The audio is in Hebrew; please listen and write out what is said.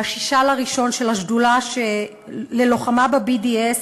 ב-6 בינואר, של השדולה ללוחמה ב-BDS.